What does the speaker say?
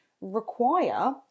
require